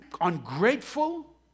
ungrateful